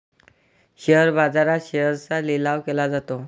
share बाजारात शेअर्सचा लिलाव केला जातो